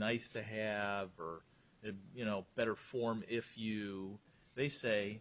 nice to have that you know better form if you they say